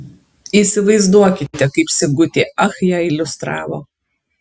įsivaizduokite kaip sigutė ach ją iliustravo